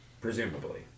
Presumably